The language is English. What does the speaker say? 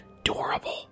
adorable